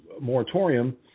moratorium